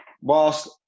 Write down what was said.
whilst